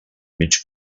mig